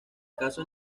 caso